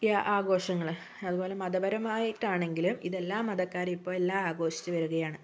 ഈ ആഘോഷങ്ങള് അതുപോലെ മതപരമായിട്ടാണെങ്കിലും ഇത് എല്ലാ മതക്കാരും ഇപ്പോൾ എല്ലാ ആഘോഷിച്ച് വരുകയാണ്